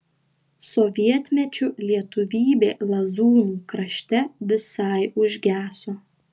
sovietmečiu lietuvybė lazūnų krašte visai užgeso